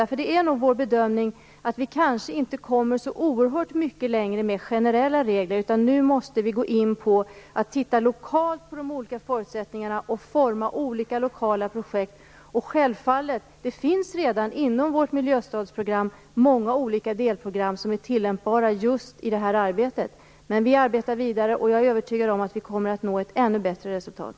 Vår bedömning är nog att vi kanske inte kommer så oerhört mycket längre med generella regler, utan att vi nu måste titta lokalt på de olika förutsättningarna och forma olika lokala projekt. Inom vårt miljöstödsprogram finns redan många olika delprogram som är tillämpbara just i detta arbete. Men vi arbetar alltså vidare, och jag är övertygad om att vi kommer att nå ett ännu bättre resultat.